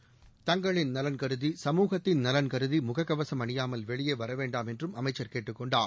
seconds தங்களின் நலன் கருதி சமூகத்தின் நலன் கருதி முக கவசம் அணியாமல் வெளியே வரவேண்டாம் என்றும் அமைச்சர் கேட்டுக் கொண்டார்